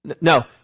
No